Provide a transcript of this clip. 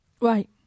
Right